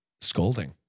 scolding